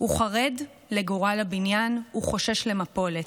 הוא חרד לגורל הבניין, הוא חושש למפולת.